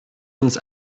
uns